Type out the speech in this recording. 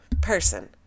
person